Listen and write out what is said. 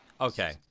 Okay